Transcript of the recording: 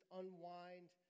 unwind